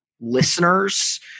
listeners